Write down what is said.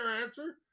answer